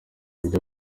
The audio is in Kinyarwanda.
uburyo